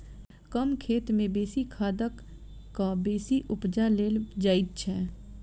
कम खेत मे बेसी खाद द क बेसी उपजा लेल जाइत छै